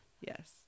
yes